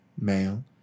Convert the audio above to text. male